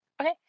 Okay